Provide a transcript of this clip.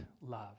love